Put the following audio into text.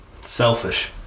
selfish